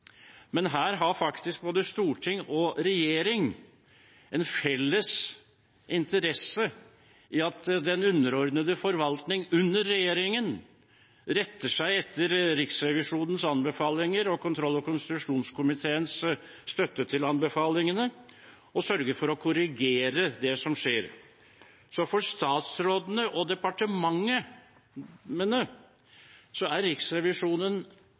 Men her har faktisk både storting og regjering en felles interesse i at den underordnede forvaltning under regjeringen retter seg etter Riksrevisjonens anbefalinger og kontroll- og konstitusjonskomiteens støtte til anbefalingene og sørger for å korrigere det som skjer. Så for statsrådene og departementene er Riksrevisjonen